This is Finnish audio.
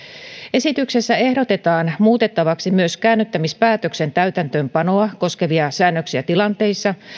esityksessä ehdotetaan muutettavaksi myös käännyttämispäätöksen täytäntöönpanoa koskevia säännöksiä tilanteissa